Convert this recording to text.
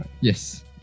yes